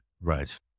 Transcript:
Right